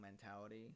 mentality